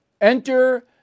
Enter